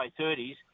30s